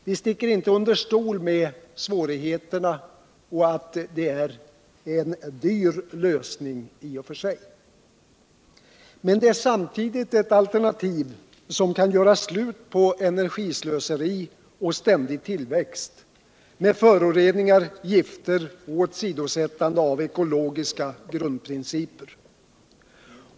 Vi sticker inte under stol med svårigheterna och att det är en dyr lösning. Men det är samtidigt ett alternativ som kan göra slut på encrgislöseri och ständig tillväxt med föroreningar, gifter och åsidosättande av ekologiska grundprinciper.